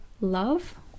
love